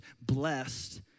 blessed